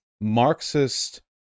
Marxist